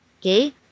Okay